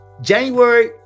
January